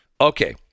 Okay